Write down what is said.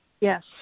Yes